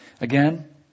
Again